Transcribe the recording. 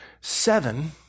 seven